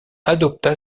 adopta